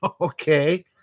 Okay